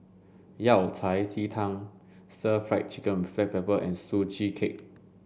Yao Cai Ji Tang stir fry chicken with black pepper and sugee cake